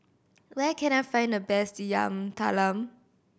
where can I find the best Yam Talam